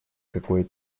какой